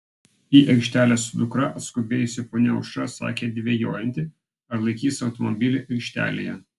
į aikštelę su dukra atskubėjusi ponia aušra sakė dvejojanti ar laikys automobilį aikštelėje